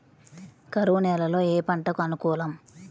కరువు నేలలో ఏ పంటకు అనుకూలం?